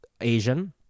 Asian